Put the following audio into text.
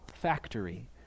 factory